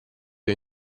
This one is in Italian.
due